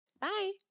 Bye